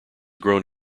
grown